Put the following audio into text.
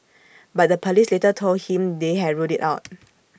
but the Police later told him they had ruled IT out